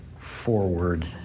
forward